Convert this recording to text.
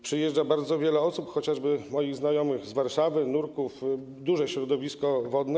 Przyjeżdża bardzo wiele osób, chociażby moich znajomych z Warszawy, nurków, to duże środowisko wodne.